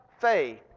faith